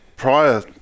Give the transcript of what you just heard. prior